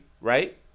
right